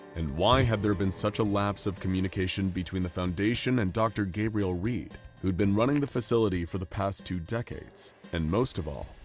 and why had there been such a lapse of communication between the foundation and doctor gabriel reed, who'd been running the facility for the past two decades? and most of all,